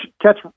catch